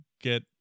get